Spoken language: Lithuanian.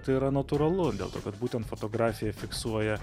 tai yra natūralu dėl to kad būtent fotografija fiksuoja